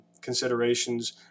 considerations